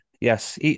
Yes